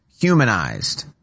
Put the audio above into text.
humanized